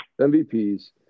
MVP's